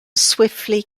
swiftly